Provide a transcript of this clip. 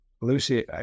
Lucy